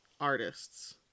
artists